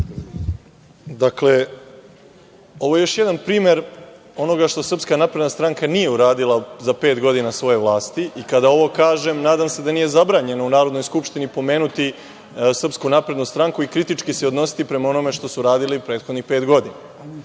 Dakle, ovo je još jedan primer onoga što SNS nije uradila za pet godina svoje vlasti. Kada ovo kažem, nadam se da nije zabranjeno u Narodnoj skupštini pomenuti SNS i kritički se odnositi prema onome što su radili prethodnih pet godina.